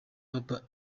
papa